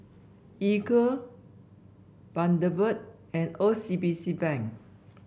Equal Bundaberg and O C B C Bank